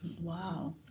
Wow